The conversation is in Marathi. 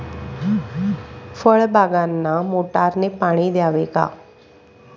फळबागांना मोटारने पाणी द्यावे का?